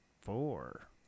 four